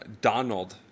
Donald